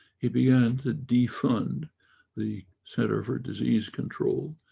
he began to defund the centre for disease control,